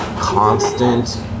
constant